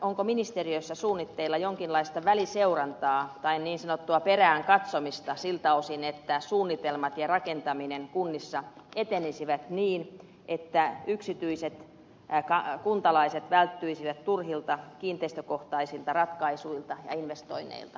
onko ministeriössä suunnitteilla jonkinlaista väliseurantaa tai niin sanottua peräänkatsomista siltä osin että suunnitelmat ja rakentaminen kunnissa etenisivät niin että yksityiset kuntalaiset välttyisivät turhilta kiinteistökohtaisilta ratkaisuilta ja investoinneilta